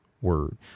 word